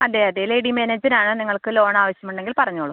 അതെ അതെ lady manager ആണ് നിങ്ങൾക്ക് ലോൺ ആവശ്യമുണ്ടെങ്കിൽ പറഞ്ഞോളൂ